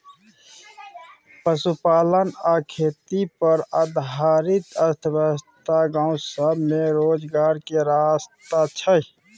पशुपालन आ खेती पर आधारित अर्थव्यवस्था गाँव सब में रोजगार के रास्ता छइ